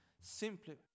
Simply